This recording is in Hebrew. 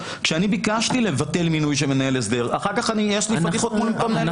כשאני ביקשתי לבטל מינוי שלמנהל הסדר אחר כך קשה להתנהל מולו.